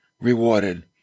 rewarded